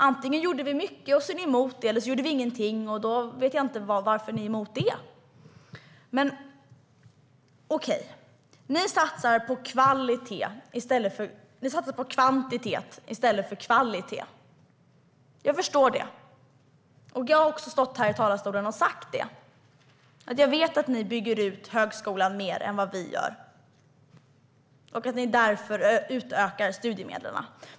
Antingen gjorde vi mycket, och så är du emot det, eller så gjorde vi ingenting, och då vet jag inte varför du är emot det. Ni satsar på kvantitet i stället för kvalitet. Jag förstår att det är så. Jag har också stått här i talarstolen och sagt att jag vet att ni bygger ut högskolan mer än vad vi gör och att ni därför utökar studiemedlen.